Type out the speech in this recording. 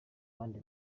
abandi